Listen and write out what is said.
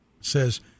says